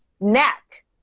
neck